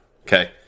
Okay